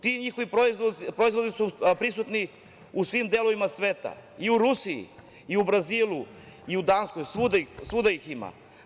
Ti njihovi proizvodi su prisutni u svim delovima sveta i u Rusiji i u Brazilu i u Danskoj, svuda ih ima.